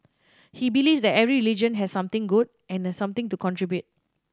he believes that every religion has something good and has something to contribute